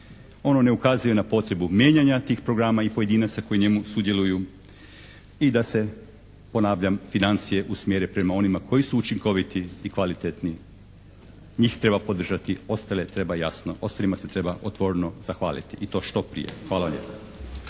ono ne ukazuje na potrebu mijenjanja tih programa i pojedinaca koji u njemu sudjeluju i da se ponavljam financije usmjere prema onima koji su učinkoviti i kvalitetni. Njih treba podržati, ostalima se treba otvoreno zahvaliti i to što prije. Hvala lijepa.